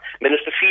Minister